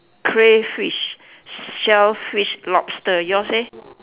crayfish shellfish lobster yours eh